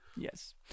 Yes